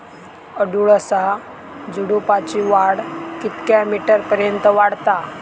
अडुळसा झुडूपाची वाढ कितक्या मीटर पर्यंत वाढता?